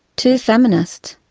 too feminist.